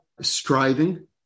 striving